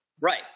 Right